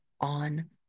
on